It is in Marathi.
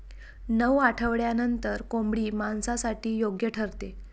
नऊ आठवड्यांनंतर कोंबडी मांसासाठी योग्य ठरते